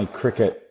cricket